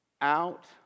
Out